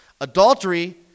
Adultery